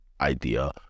idea